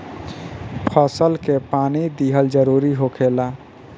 फसल के पानी दिहल जरुरी होखेला